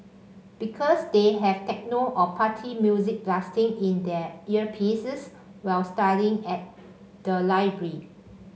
because they have techno or party music blasting in their earpieces while studying at the library